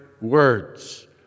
words